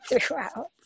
throughout